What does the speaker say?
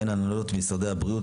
בין הנהלות משרדי הבריאות,